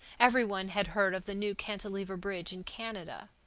every one had heard of the new cantilever bridge in canada.